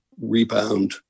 rebound